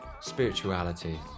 spirituality